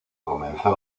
comenzó